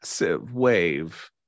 wave